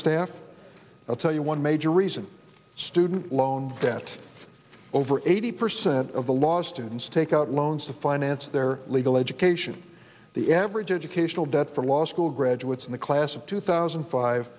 staff i'll tell you one major reason student loan debt over eighty percent of the law students take out loans to finance their legal education the average educational debt for law school graduates in the class of two thousand